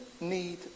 need